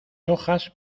hojas